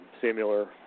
similar